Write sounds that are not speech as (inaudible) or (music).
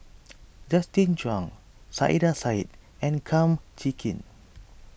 (noise) Justin Zhuang Saiedah Said and Kum Chee Kin